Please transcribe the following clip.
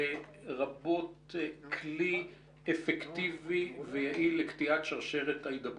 לרבות כלי אפקטיבי ויעיל לקטיעת שרשרת ההידבקות.